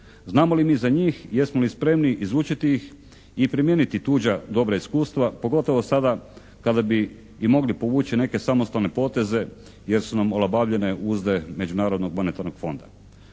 Znamo li mi za njih, jesmo li spremni izučiti ih i primijeniti tuđa dobra iskustva pogotovo sada kada bi i mogli povući neke samostalne poteze jer su nam olabavljene uzde Međunarodnog monetarnog fonda.